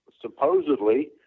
supposedly